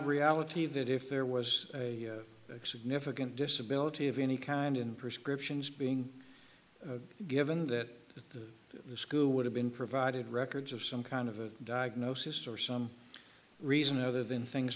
reality that if there was a significant disability of any kind in prescriptions being given that the school would have been provided records of some kind of a diagnosis for some reason other than things